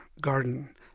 garden